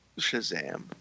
Shazam